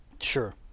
Sure